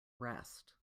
rest